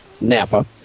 napa